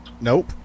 Nope